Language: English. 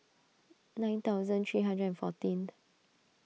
nine thousand three hundred and fourteenth